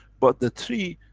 but the three,